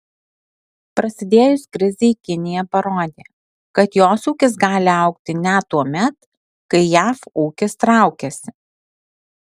prasidėjus krizei kinija parodė kad jos ūkis gali augti net tuomet kai jav ūkis traukiasi